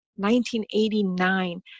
1989